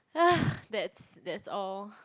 that's that's all